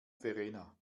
verena